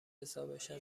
حسابشم